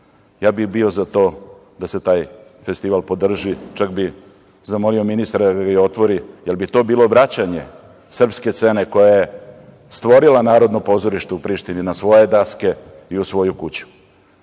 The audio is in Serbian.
ja bih bio za to da se taj festival podrži, čak bih zamolio ministra da je otvori, jer bi to bilo vraćanje srpske scene koja je stvorila Narodno pozorište u Prištini na svoje daske i u svoju kuću.